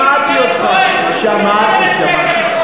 שמעתי אותך, שמעתי, שמעתי.